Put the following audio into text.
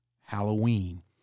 Halloween